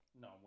No